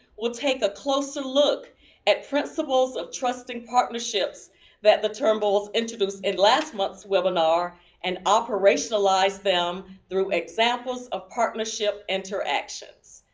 we'll take a closer look at principles of trusting partnerships that the turnbulls introduced in last month's webinar and operationalize them through examples of partnership interactions.